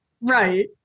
Right